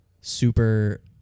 super